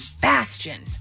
bastion